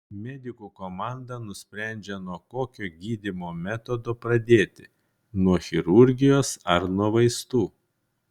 medikų komanda nusprendžia nuo kokio gydymo metodo pradėti nuo chirurgijos ar nuo vaistų